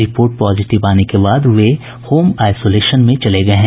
report positive आने के बाद वे होम आइसोलेशन में चले गये हैं